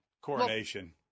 Coronation